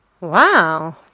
Wow